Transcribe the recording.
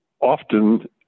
Often